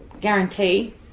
guarantee